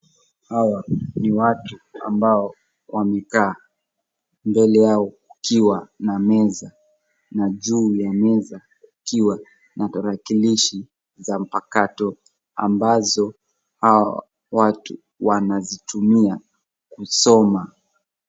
Hawa ni watu ambao wamekaa. Mbele yao kukiwa na meza. Na juu ya meza kukiwa na tarakilishi za mpakato ambazo hao watu wanazitumia kusoma.